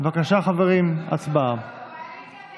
סעיף 15, כהצעת הוועדה, נתקבל.